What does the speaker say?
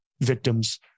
victims